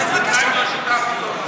אתם לא מסכימים.